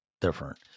different